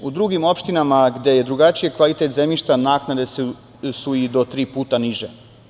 U drugim opštinama, gde je drugačiji kvalitet zemljišta, naknade su i do tri puta niže.